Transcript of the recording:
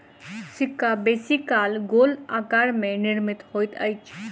सिक्का बेसी काल गोल आकार में निर्मित होइत अछि